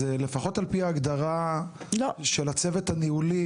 אז לפחות על פי ההגדרה של הצוות הניהולי,